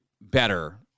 better